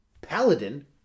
Paladin